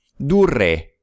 durre